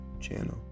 Channel